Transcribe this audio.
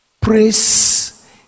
Praise